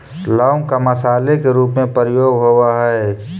लौंग का मसाले के रूप में प्रयोग होवअ हई